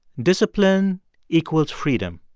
discipline equals freedom.